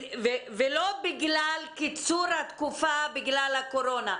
ולא בגלל קיצור התקופה בגלל הקורונה?